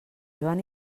joan